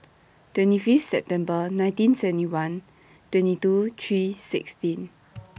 twenty Fifth September nineteen seventy one twenty two three sixteen